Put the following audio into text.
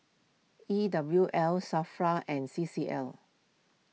E W L Safra and C C L